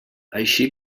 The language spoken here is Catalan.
així